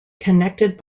connected